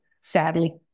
sadly